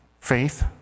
Faith